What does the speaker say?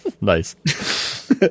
Nice